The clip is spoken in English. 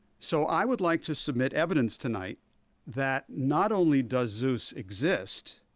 so, i would like to submit evidence tonight that, not only does zeus exist,